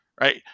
right